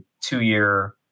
two-year